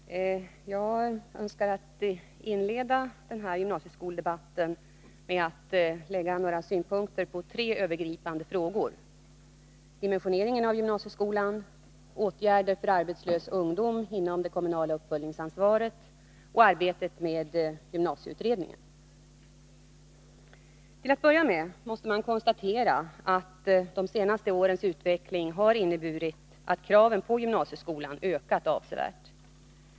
Herr talman! Jag önskar inleda den här gymnasieskoledebatten med att lägga några synpunkter på tre övergripande frågor: dimensioneringen av gymnasieskolan, åtgärder för arbetslös ungdom inom det kommunala uppföljningsansvaret och arbetet med gymnasieutredningen. Till att börja med måste man konstatera att de senaste årens utveckling har inneburit att kraven på gymnasieskolan ökat avsevärt.